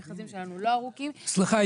המכרזים שלנו לא ארוכים --- סליחה,